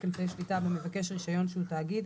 אמצעי שליטה במבקש רישיון שהוא תאגיד,